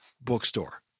bookstore